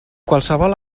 qualsevol